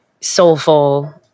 soulful